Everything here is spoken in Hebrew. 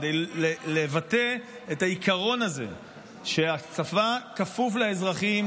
כדי לבטא את העיקרון הזה שהצבא כפוף לאזרחים,